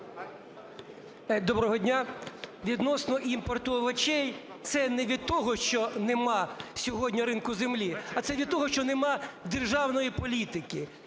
Доброго дня! Відносно імпорту овочів, це не від того, що нема сьогодні ринку землі, а це від того, що нема державної політики.